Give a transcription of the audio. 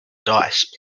dice